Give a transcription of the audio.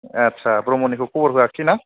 आदसा ब्रह्मनिखौ खबर होवासै ना